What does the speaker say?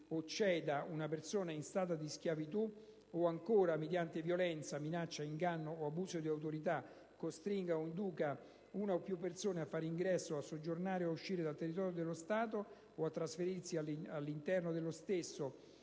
o ceda una persona in stato di schiavitù», o, ancora, «mediante violenza, minaccia, inganno o abuso di autorità, costringa o induca una o più persone a fare ingresso o a soggiornare o a uscire dal territorio dello Stato, o a trasferirsi all'interno dello stesso,